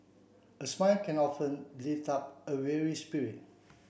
a smile can often lift up a weary spirit